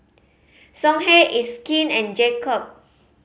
Songhe It's Skin and Jacob